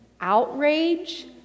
outrage